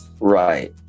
Right